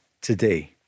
today